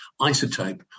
isotope